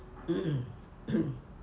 mm mm